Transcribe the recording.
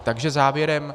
Takže závěrem.